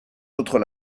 autres